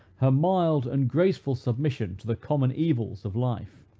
her mild and graceful submission to the common evils of life.